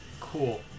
cool